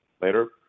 later